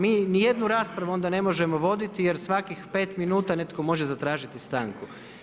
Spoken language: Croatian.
Mi nijednu raspravu onda ne možemo voditi jer svakih pet minuta netko može zatražiti stanku.